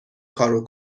کارو